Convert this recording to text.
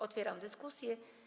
Otwieram dyskusję.